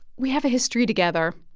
we have a history together.